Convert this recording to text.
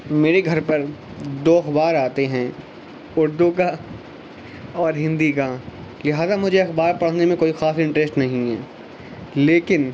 میرے گھر پر دو اخبار آتے ہیں اردو کا اور ہندی کا لہٰذا مجھے اخبار پڑھنے میں کوئی خاص انٹریسٹ نہیں ہیں لیکن